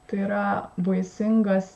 tai yra baisingas